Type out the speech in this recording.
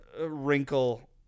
wrinkle